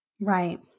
Right